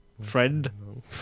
friend